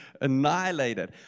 annihilated